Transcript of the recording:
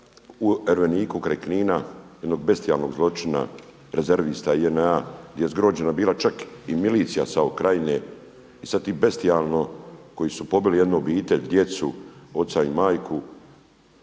u Erveniku kraj Knina, jednog bestijalnog zločina rezervista JNA gdje je zgrožena bila čak i milicija SAO krajine. I sad ti bestijalno koji su pobili obitelj, djecu, oca i majku